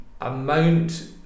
amount